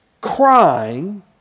crying